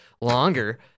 longer